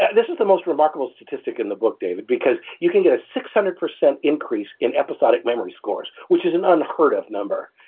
yeah this is the most remarkable statistic in the book, david, because you can get a six hundred percent increase in episodic memory scores which is an unheard of number.